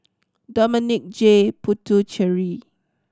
Dominic J Puthucheary